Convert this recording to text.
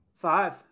five